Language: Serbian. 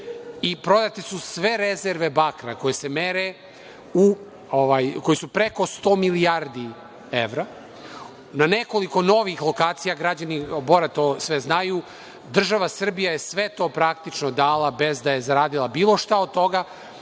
i prodate su sve rezerve bakra koje se mere su preko 100 milijardi evra. Na nekoliko novih lokacija, građani Bora to sve znaju, država Srbija je sve to praktično dala bez da je zaradila bilo šta od toga,